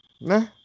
Nah